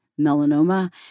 melanoma